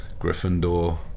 Gryffindor